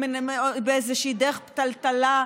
באיזושהי דרך פתלתלה,